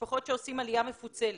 משפחות שעולים עלייה מפוצלת,